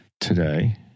today